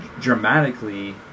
dramatically